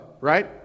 right